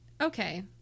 Okay